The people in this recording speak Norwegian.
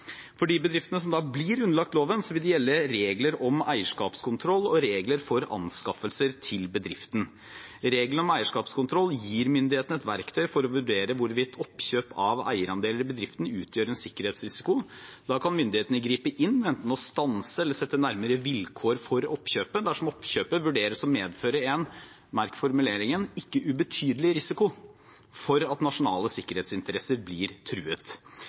For de bedriftene som blir underlagt loven, vil det gjelde regler om eierskapskontroll og regler for anskaffelser til bedriften. Reglene om eierskapskontroll gir myndighetene et verktøy for å vurdere hvorvidt oppkjøp av eierandeler i bedriften utgjør en sikkerhetsrisiko. Da kan myndighetene gripe inn, enten ved å stanse eller sette nærmere vilkår for oppkjøpet dersom oppkjøpet vurderes å medføre en – merk formuleringen – ikke ubetydelig risiko for at nasjonale sikkerhetsinteresser blir truet.